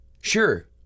Sure